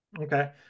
okay